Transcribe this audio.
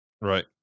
Right